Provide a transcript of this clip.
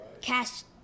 cast